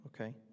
Okay